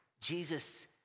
Jesus